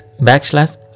backslash